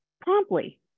promptly